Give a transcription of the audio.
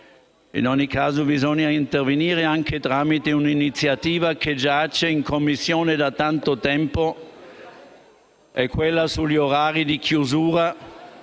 In ogni caso bisogna intervenire anche tramite un'iniziativa che giace in Commissione da tanto tempo, cioè quella sugli orari di chiusura;